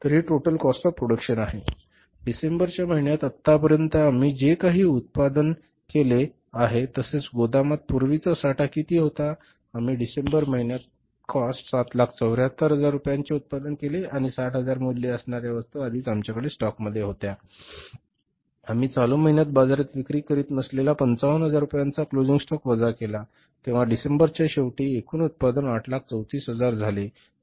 तर हि total cost of production आहे डिसेंबरच्या महिन्यात आतापर्यंत आम्ही जे काही उत्पादन केले आहे तसेच गोदामात पूर्वीचा साठा किती होता आम्ही डिसेंबरच्या महिन्यात cost 774000 रूपयांचे उत्पादन केले आणि 60000 मूल्य असणार्या वस्तू आधीच आमच्याकडे स्टॉकमध्ये होत्या आम्ही चालू महिन्यात बाजारात विक्री करीत नसलेला 55000 रूपयांचा क्लोजिंग स्टॉक वजा केला तेव्हा डिसेंबरच्या शेवटी एकूण उत्पादन 834000 झाले